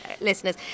listeners